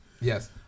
yes